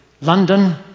London